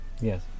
Yes